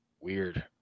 weird